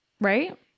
Right